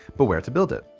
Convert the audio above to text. but where to build it?